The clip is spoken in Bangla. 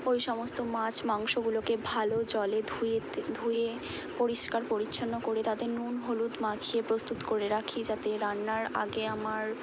ওই সমস্ত মাছ মাংসগুলোকে ভালো জলে ধুয়ে তে ধুয়ে পরিষ্কার পরিচ্ছন্ন করে তাতে নুন হলুদ মাখিয়ে প্রস্তুত করে রাখি যাতে রান্নার আগে আমার